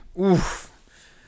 Oof